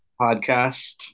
Podcast